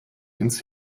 ins